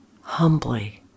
humbly